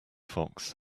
fox